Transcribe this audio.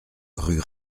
rue